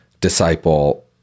disciple